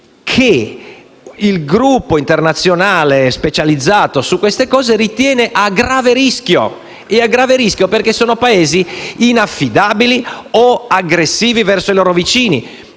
che il gruppo internazionale specializzato in questo settore ritiene a grave rischio, perché sono Paesi inaffidabili o aggressivi verso i loro vicini.